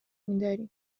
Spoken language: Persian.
میداریم